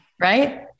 Right